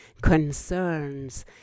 concerns